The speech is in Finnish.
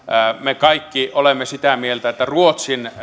me kaikki olemme sitä mieltä että ruotsin